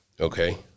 Okay